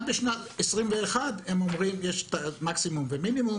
רק בשנת 21 יש מקסימום ומינימום.